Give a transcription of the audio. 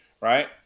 right